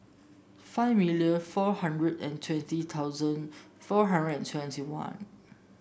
five million four hundred and twenty thousand four hundred and twenty one